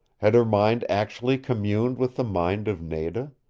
had her mind actually communed with the mind of nada?